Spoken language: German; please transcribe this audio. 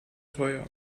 teuer